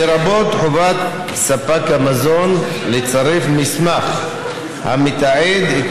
לרבות חובת ספק המזון לצרף מסמך המתעד את